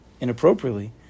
inappropriately